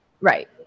right